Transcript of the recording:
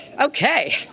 Okay